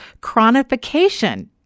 chronification